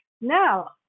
Now